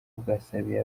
bwasabiye